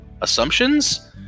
assumptions